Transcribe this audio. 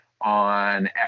on